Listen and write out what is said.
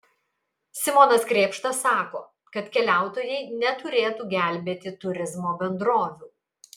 simonas krėpšta sako kad keliautojai neturėtų gelbėti turizmo bendrovių